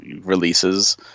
releases